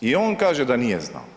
I on kaže da nije znao.